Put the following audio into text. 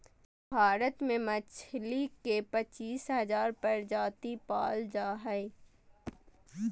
भारत में मछली के पच्चीस हजार प्रजाति पाल जा हइ